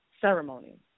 ceremony